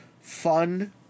fun